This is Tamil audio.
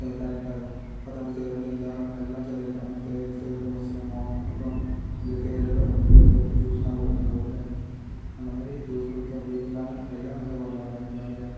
கரெக்டாக இருக்கும் பத்தாம் நாள் தேர் வந்து எல்லோரும் எல்லாம் சேர்ந்து இழுப்பாங்க தேர் தேர் இழுக்கும்போது சிலம்பம் அப்பறம் இங்கே தேர் இழுக்குற பக்தர்களுக்கு வந்து ஜூஸெலாம் கொடுப்பாங்க ஊரில் அந்த மாதிரி ஜூஸ் கொடுத்து அப்படியே எல்லோரும் எல்லா நல்லா கொண்டாடுவாங்க ஜாலியாக